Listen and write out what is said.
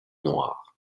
noires